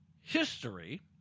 history